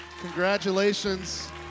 Congratulations